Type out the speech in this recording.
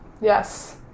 Yes